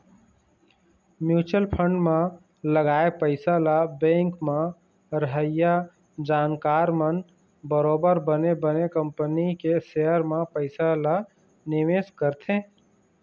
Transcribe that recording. mutual fund म लगाए पइसा ल बेंक म रहइया जानकार मन बरोबर बने बने कंपनी के सेयर म पइसा ल निवेश करथे